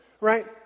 right